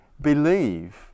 believe